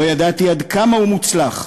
לא ידעתי עד כמה הוא מוצלח.